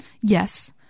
Yes